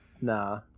Nah